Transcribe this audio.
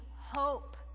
hope